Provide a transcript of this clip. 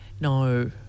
No